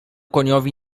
koniowi